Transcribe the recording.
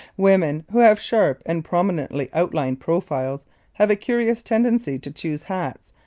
women who have sharp and prominently outlined profiles have a curious tendency to choose hats,